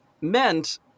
meant